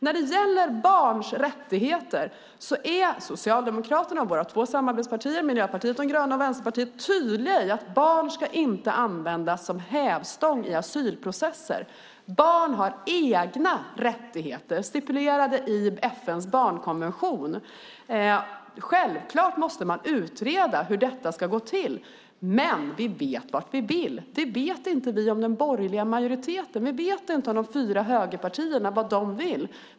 När det handlar om barns rättigheter är Socialdemokraterna och våra två samarbetspartier, Miljöpartiet de gröna och Vänsterpartiet, tydliga med att barn inte ska användas som hävstång i asylprocesser. Barn har egna rättigheter som är stipulerade i FN:s barnkonvention. Det är självklart att man måste utreda hur detta ska gå till, men vi vet vart vi vill gå. Det vet vi inte när det gäller den borgerliga majoriteten. Vi vet inte vad de fyra högerpartierna vill.